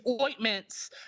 ointments